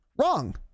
Wrong